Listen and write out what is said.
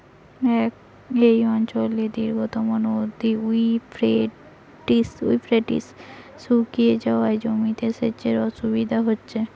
এই অঞ্চলের দীর্ঘতম নদী ইউফ্রেটিস শুকিয়ে যাওয়ায় জমিতে সেচের অসুবিধে হচ্ছে